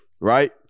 right